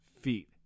feet